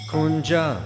Kunja